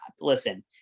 Listen